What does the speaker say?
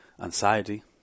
anxiety